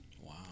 Wow